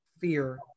fear